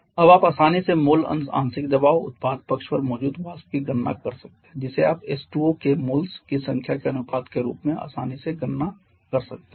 अब आप आसानी से मोल अंश आंशिक दबाव उत्पाद पक्ष पर मौजूद वाष्प की गणना कर सकते हैं जिसे आप H2O के मोल्स की संख्या के अनुपात के रूप में आसानी से गणना कर सकते हैं